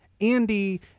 Andy